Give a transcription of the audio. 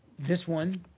this one